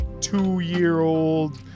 two-year-old